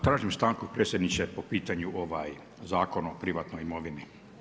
Tražim stanku predsjedniče, po pitanju Zakona o privatnoj imovini.